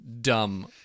dumb